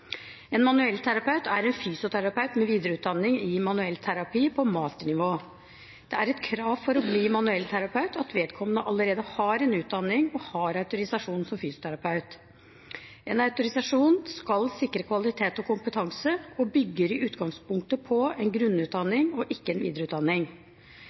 En manuellterapeut er en fysioterapeut med videreutdanning i manuellterapi på masternivå. Det er et krav for å bli manuellterapeut at vedkommende allerede har utdanning og autorisasjon som fysioterapeut. En autorisasjon skal sikre kvalitet og kompetanse, og bygger i utgangspunktet på en grunnutdanning og ikke en videreutdanning.